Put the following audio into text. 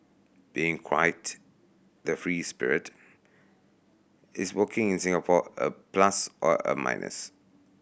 being quite the free spirit is working in Singapore a plus or a minus